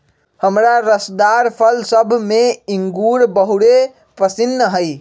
हमरा रसदार फल सभ में इंगूर बहुरे पशिन्न हइ